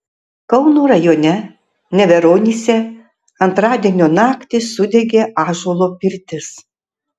kauno rajone neveronyse antradienio naktį sudegė ąžuolo pirtis